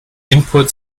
input